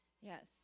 yes